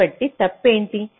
కాబట్టి తప్పేంటి